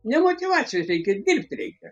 ne motyvacijos reikia dirbt reikia